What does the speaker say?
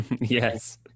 Yes